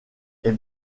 est